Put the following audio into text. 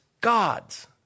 God's